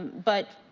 but,